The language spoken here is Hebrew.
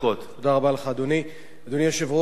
אדוני היושב-ראש,